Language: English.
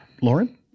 Lauren